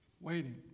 waiting